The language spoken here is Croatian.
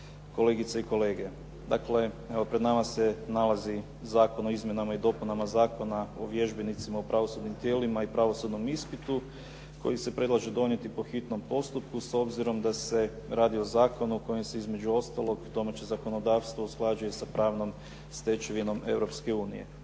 kolegice i kolege. Dakle, evo pred nama se nalazi Zakon o izmjenama i dopunama Zakona o vježbenicima u pravosudnim tijelima i pravosudnom ispitu koji se predlaže donijeti po hitnom postupku s obzirom da se radi o zakonu kojim se između ostalog domaće zakonodavstvo usklađuje sa pravnom stečevinom